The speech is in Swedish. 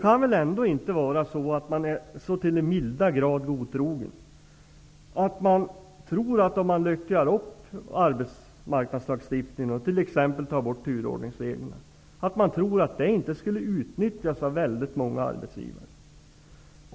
Man är väl inte så till den milda grad godtrogen att man tror att det, om man luckrar upp arbetsmarknadslagstiftningen och t.ex. tar bort turordningsreglerna, inte skulle utnyttjas av många arbetsgivare.